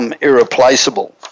irreplaceable